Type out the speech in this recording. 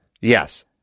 Yes